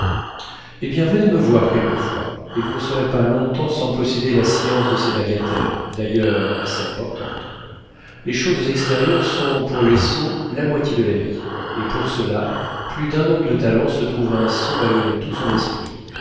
eh bien venez me voir quelquefois et vous ne serez pas long-temps sans posséder la science de ces bagatelles d'ailleurs assez importantes les choses extérieures sont pour les sots la moitié de la vie et pour cela plus d'un homme de talent se trouve un sot malgré tout son esprit